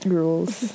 rules